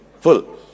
full